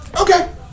Okay